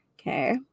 Okay